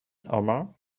omar